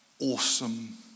awesome